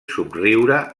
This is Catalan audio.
somriure